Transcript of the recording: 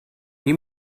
you